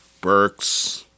Burks